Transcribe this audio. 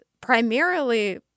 primarily